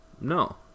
No